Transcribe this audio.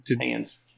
hands